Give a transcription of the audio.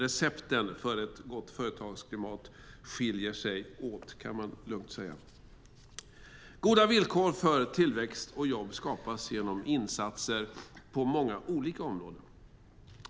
Recepten för ett gott företagsklimat skiljer sig dock åt, kan man lugnt säga. Goda villkor för tillväxt och jobb skapas genom insatser på många olika områden.